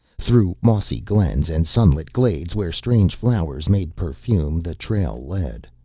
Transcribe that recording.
through mossy glens and sunlit glades where strange flowers made perfume, the trail led.